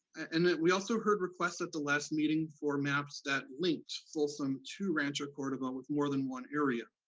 and that we also heard requests at the last meeting for maps that linked folsom to rancho cordova with more than one area.